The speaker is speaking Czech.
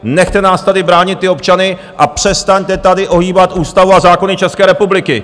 Nechte nás tady bránit ty občany a přestaňte tady ohýbat ústavu a zákony České republiky!